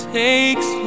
takes